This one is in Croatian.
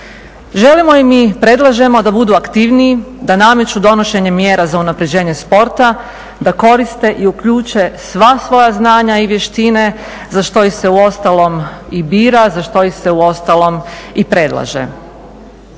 Želimo im i predlažemo da budu aktivniji, da nameću donošenje mjera za unapređenje sporta, da koriste i uključe sva svoja znanja i vještine za što ih se uostalom i bira, za što ih se uostalom i predlaže.